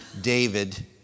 David